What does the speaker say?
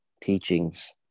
teachings